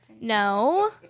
No